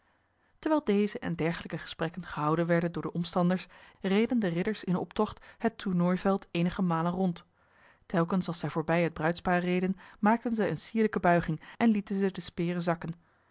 terwijl deze en dergelijke gesprekken gehouden werden door de omstanders reden de ridders in optocht het tournooiveld eenige malen rond telkens als zij voorbij het bruidspaar reden maakten zij eene sierlijke buiging en lieten zij de speren zakken